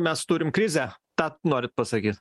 mes turim krizę tą norit pasakyt